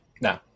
No